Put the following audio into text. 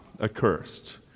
accursed